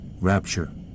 Rapture